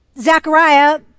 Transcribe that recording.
Zechariah